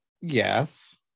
yes